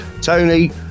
Tony